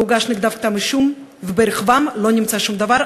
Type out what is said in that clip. לא הוגש נגדם כתב-אישום, וברכבם לא נמצא שום דבר.